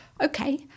okay